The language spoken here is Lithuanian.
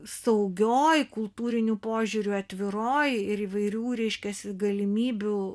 saugioj kultūriniu požiūriu atviroj ir įvairių reiškiasi galimybių